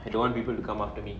I don't want people to come after me